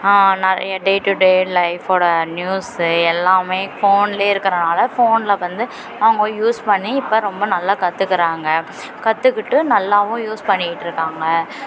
நிறையா day to day லைஃப்போட news எல்லாமே ஃபோனிலே இருக்கிறதுனால ஃபோனில் வந்து அவங்க யூஸ் பண்ணி இப்போ ரொம்ப நல்லா கற்றுக்குறாங்க கற்றுக்கிட்டு நல்லாவும் யூஸ் பண்ணிக்கிட்டு இருக்காங்க